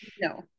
No